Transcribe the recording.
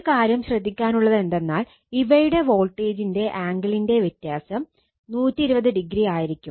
ഒരു കാര്യം ശ്രദ്ധിക്കാനുള്ളതെന്തെന്നാൽ ഇവയുടെ വോൾട്ടേജിന്റെ ആംഗിളിന്റെ വ്യത്യാസം 120o ആയിരിക്കും